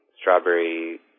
strawberry